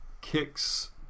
kicks